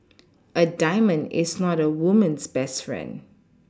a diamond is not a woman's best friend